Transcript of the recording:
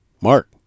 Mark